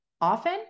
often